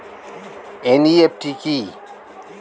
NEFT কি?